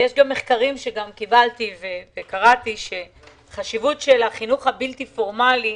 יש גם מחקרים שקראתי על חשיבות החינוך הבלתי פורמלי,